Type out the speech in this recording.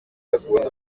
akunda